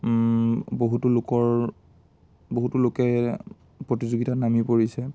বহুতো লোকৰ বহুতো লোকে প্ৰতিযোগিতাত নামি পৰিছে